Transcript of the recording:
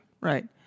Right